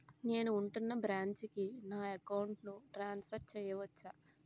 నేను ఉంటున్న బ్రాంచికి నా అకౌంట్ ను ట్రాన్సఫర్ చేయవచ్చా?